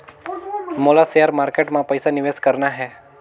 मोला share market मां पइसा निवेश करना हे?